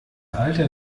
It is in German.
alter